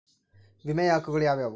ವಿಮೆಯ ಹಕ್ಕುಗಳು ಯಾವ್ಯಾವು?